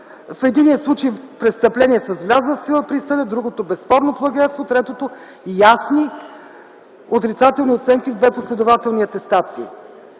В единия случай – престъпление с влязла в сила присъда, другото – безспорно плагиатство, третото – ясни отрицателни оценки в две последователни атестации.